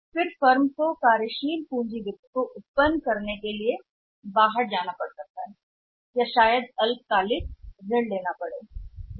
और फिर फर्म को कार्यशील पूंजी वित्त या शायद उत्पन्न करने की तलाश में बाहर जाना पड़ता है अल्पावधि ऋण होने या बैंकों से नकद ऋण सीमा हो सकती है